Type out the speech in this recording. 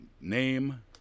name